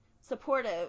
supportive